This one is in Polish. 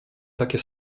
takie